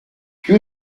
più